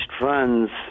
funds